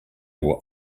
were